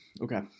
Okay